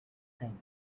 things